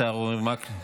השר אורי מקלב.